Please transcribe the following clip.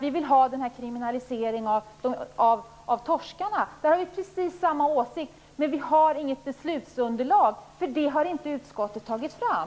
Vi vill har en kriminalisering av torskarna, men vi har inget beslutsunderlag. Det har inte utskottet tagit fram.